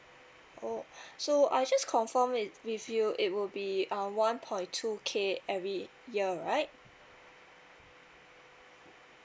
oh so I just confirm it with you it will be um one point two K every year right